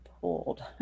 pulled